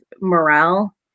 morale